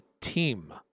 team